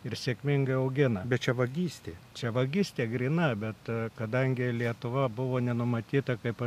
ir sėkmingai augina bet čia vagystė čia vagystė gryna bet kadangi lietuva buvo nenumatyta kaip